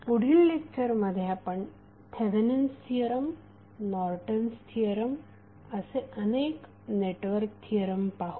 पुढील लेक्चरमध्ये आपण थेवेनिन्स थिअरम नॉर्टन्स थिअरम असे अनेक नेटवर्क थिअरम पाहू